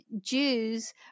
Jews